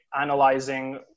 analyzing